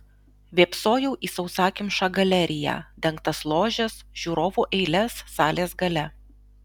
vėpsojau į sausakimšą galeriją dengtas ložes žiūrovų eiles salės gale